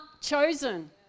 chosen